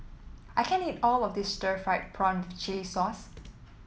I can't eat all of this Stir Fried Prawn Chili Sauce